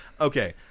Okay